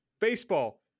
baseball